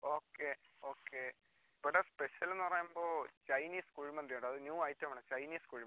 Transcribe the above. okay okay ഇവിടെ special എന്ന് പറയുമ്പോൾ ചൈനീസ് കുഴിമന്തിയുണ്ട് അത് ന്യൂ ഐറ്റം ആണ് ചൈനീസ് കുഴിമന്തി